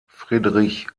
friedrich